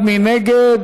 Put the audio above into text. לא נתקבלה.